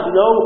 no